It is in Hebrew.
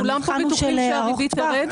כולם פה יודעים שהריבית תרד?